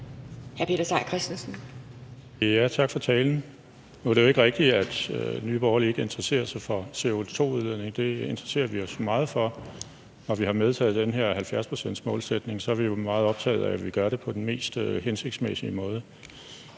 Tak for talen. Nu er det jo ikke rigtigt, at Nye Borgerlige ikke interesserer sig for CO2-udledning. Det interesserer vi os meget for. Når vi har vedtaget den her 70-procentsmålsætning, er vi meget optaget af, at vi gør det på den mest hensigtsmæssige måde.